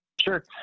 Sure